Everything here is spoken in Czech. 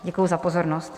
Děkuji za pozornost.